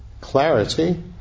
Clarity